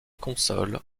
consoles